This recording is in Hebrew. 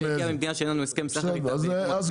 --- במדינה שאין לנו הסכם סחר איתה ביבוא מקביל ואחד ביבוא ישיר.